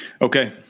okay